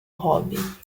robe